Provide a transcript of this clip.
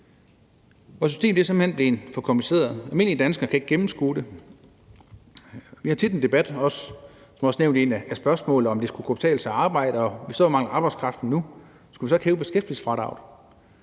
ud. Systemet er simpelt hen blevet for kompliceret. Almindelige danskere kan ikke gennemskue det. Vi har tit en debat om – det blev også nævnt i et af spørgsmålene – om det skal kunne betale sig at arbejde. Vi står og mangler arbejdskraft nu. Skulle vi så ikke hæve beskæftigelsesfradraget?